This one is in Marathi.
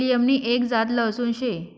एलियम नि एक जात लहसून शे